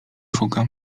szuka